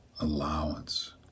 allowance